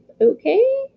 Okay